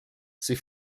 ses